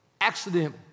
Accident